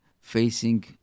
facing